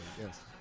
yes